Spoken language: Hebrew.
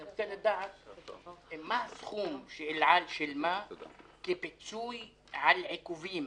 אני רוצה לדעת מה הסכום שאל על שילמה כפיצוי על עיכובים